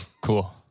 Cool